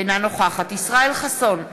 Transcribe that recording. אינה נוכחת ישראל חסון,